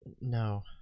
No